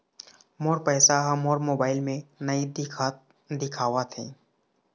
मोर पैसा ह मोर मोबाइल में नाई दिखावथे